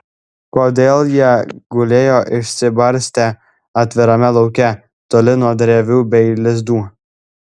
kodėl jie gulėjo išsibarstę atvirame lauke toli nuo drevių bei lizdų